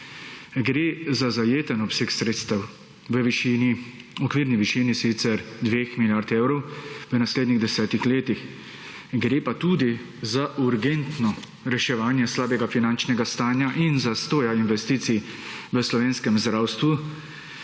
Gre za zajeten obseg sredstev v višini, okvirni višini sicer 2 milijard evrov v naslednjih 10 letih. Gre pa tudi za urgentno reševanje slabega finančnega stanja in zastoja investicij v slovenskem zdravstvu,